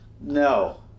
No